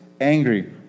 angry